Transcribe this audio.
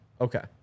Okay